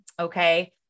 okay